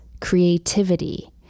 creativity